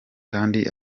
kandi